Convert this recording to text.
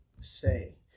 say